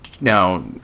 now